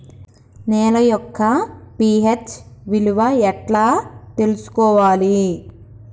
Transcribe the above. నేల యొక్క పి.హెచ్ విలువ ఎట్లా తెలుసుకోవాలి?